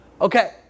Okay